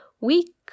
week